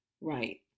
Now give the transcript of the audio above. Right